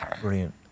Brilliant